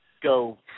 go